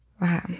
Wow